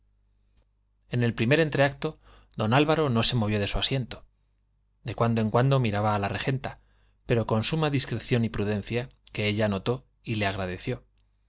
en el primer entreacto d álvaro no se movió de su asiento de cuando en cuando miraba a la regenta pero con suma discreción y prudencia que ella notó y le agradeció